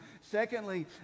Secondly